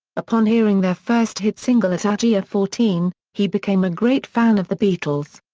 upon hearing their first hit single at age ah fourteen, he became a great fan of the beatles.